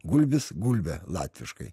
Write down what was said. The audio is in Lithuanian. gulbis gulbė latviškai